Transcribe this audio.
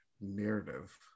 narrative